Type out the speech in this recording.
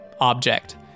object